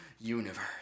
universe